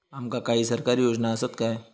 आमका काही सरकारी योजना आसत काय?